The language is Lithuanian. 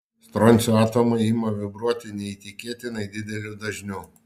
stroncio atomai ima vibruoti neįtikėtinai dideliu dažniu